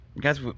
Guys